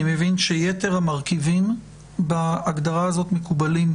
אני מבין שיתר המרכיבים בהגדרה הזאת מקובלים,